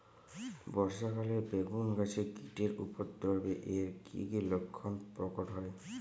বর্ষা কালে বেগুন গাছে কীটের উপদ্রবে এর কী কী লক্ষণ প্রকট হয়?